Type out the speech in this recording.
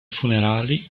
funerali